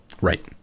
Right